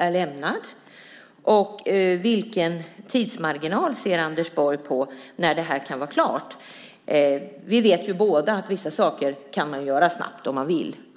har lämnat sitt betänkande. Vilken tidsmarginal ser Anders Borg för när det här kan vara klart? Båda vet vi att vissa saker kan man göra snabbt om man vill.